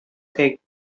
thick